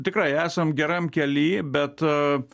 tikrai esam geram kely bet